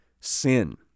sin